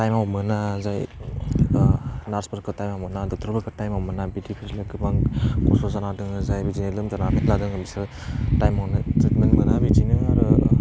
थाइमाव मोना जायो ओह नार्सफोरखौ थाइमाव मोना डक्टरफोर थाइमाव मोना बिदिफोरनो गोबां खस्थ जाना दङ जाय बिदिनो लोमजानानै लादों बिसोर थाइमावनो ट्रिटमेन्ट मोना बिदिनो आरो